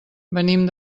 venim